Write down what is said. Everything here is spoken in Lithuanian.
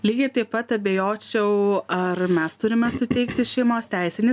lygiai taip pat abejočiau ar mes turime suteikti šeimos teisinį